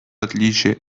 отличие